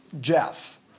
Jeff